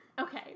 Okay